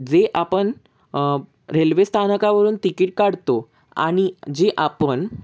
जे आपण रेल्वे स्थानकावरून तिकीट काढतो आणि जे आपण